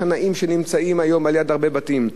השנאים שנמצאים היום ליד הרבה בתים,